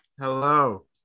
Hello